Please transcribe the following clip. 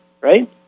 right